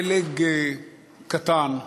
פלג קטן,